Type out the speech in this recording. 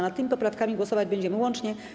Nad tymi poprawkami głosować będziemy łącznie.